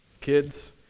Kids